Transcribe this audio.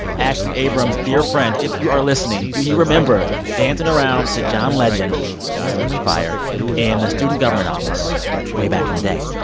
ashley abrams, dear friend, if you are listening, do you remember dancing around to john legend and earth, wind and fire in the student government office way back in the day?